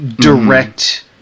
direct